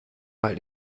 mal